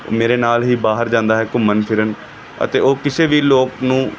ਮੇਰੇ ਨਾਲ ਹੀ ਬਾਹਰ ਜਾਂਦਾ ਹੈ ਘੁੰਮਣ ਫਿਰਨ ਅਤੇ ਉਹ ਕਿਸੇ ਵੀ ਲੋਕ ਨੂੰ